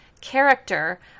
character